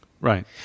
Right